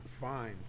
fine